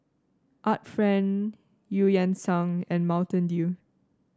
Art Friend Eu Yan Sang and Mountain Dew